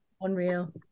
Unreal